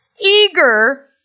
eager